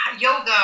yoga